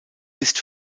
ist